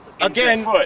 again